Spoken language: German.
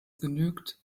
genügt